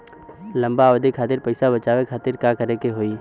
लंबा अवधि खातिर पैसा बचावे खातिर का करे के होयी?